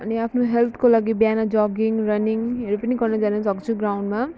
अनि आफ्नो हेल्थको लागि बिहान जगिङ रनिङहरू पनि गर्न जानसक्छौँ ग्राउन्डमा